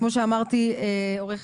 עו"ד